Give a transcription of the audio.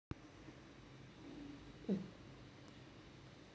mm